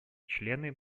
члены